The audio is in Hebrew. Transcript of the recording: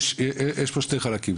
יש פה שני חלקים.